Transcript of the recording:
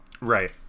Right